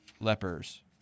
lepers